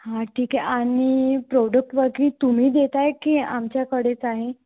हा ठीक आहे आणि प्रोडक्ट वगैरे तुम्ही देत आहात की आमच्याकडेच आहे